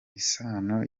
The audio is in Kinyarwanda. isano